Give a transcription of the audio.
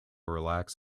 relax